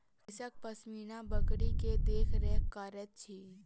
कृषक पश्मीना बकरी के देख रेख करैत अछि